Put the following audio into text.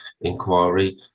inquiry